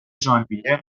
ژانویه